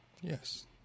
Yes